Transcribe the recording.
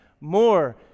more